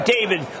David